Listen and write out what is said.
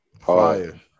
Fire